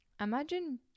Imagine